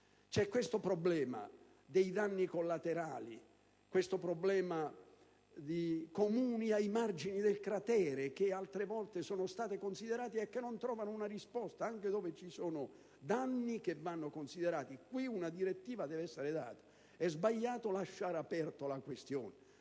C'è il problema dei danni collaterali, di Comuni ai margini del cratere, che altre volte sono stati considerati e che non trovano una risposta, anche in presenza di danni significativi. Qui una direttiva deve essere data: è sbagliato lasciare aperta la questione.